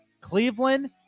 Cleveland